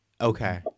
Okay